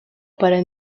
para